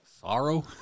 Sorrow